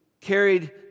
carried